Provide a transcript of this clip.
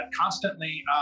constantly